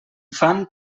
fan